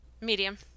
Medium